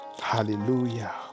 Hallelujah